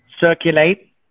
circulate